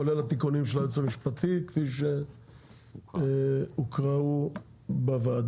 כולל התיקונים של היועץ המשפטי כפי שהוקראו בוועדה.